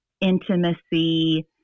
intimacy